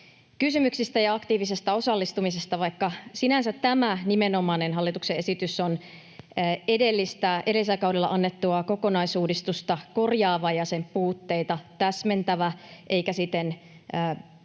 kysymyksistä ja aktiivisesta osallistumisesta, vaikka sinänsä tämä nimenomainen hallituksen esitys on edellisellä kaudella annettua kokonaisuudistusta korjaava ja sen puutteita täsmentävä eikä siten ole